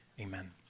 amen